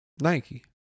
Nike